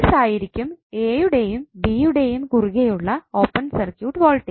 ആയിരിക്കും a യുടെയും b യുടെയും കുറുകേയുള്ള ഓപ്പൺ സർക്യൂട്ട് വോൾട്ടേജ്